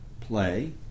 play